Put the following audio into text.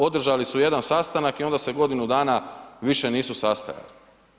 Održali su jedan sastanak i onda se godinu dana više nisu sastajali.